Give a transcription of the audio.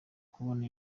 kubona